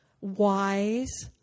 wise